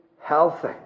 healthy